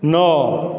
नओ